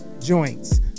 joints